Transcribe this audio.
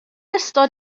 ystod